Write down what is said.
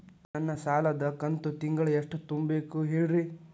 ನನ್ನ ಸಾಲದ ಕಂತು ತಿಂಗಳ ಎಷ್ಟ ತುಂಬಬೇಕು ಹೇಳ್ರಿ?